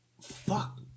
Fuck